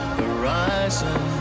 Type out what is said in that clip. horizon